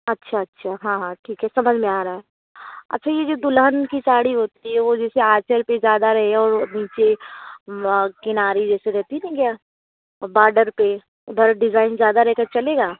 अच्छा अच्छा हाँ हाँ ठीक है समझ में आ रहा है अच्छा ये जो दुल्हन की साड़ी होती है वो जैसे आँचल पे ज़्यादा रहे और नीचे किनारी जैसे रहती नहीं क्या बाडर पे बड़ा डिज़ाइन ज़्यादा रहे तो चलेगा